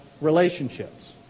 Relationships